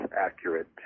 accurate